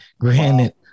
granted